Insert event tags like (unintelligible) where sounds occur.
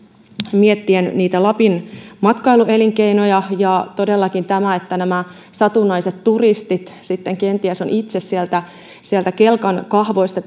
miettien niitä lapin matkailuelinkeinoja ja on todellakin tämä että nämä satunnaiset turistit sitten kenties ovat itse sieltä sieltä kelkan kahvoista (unintelligible)